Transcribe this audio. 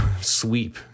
sweep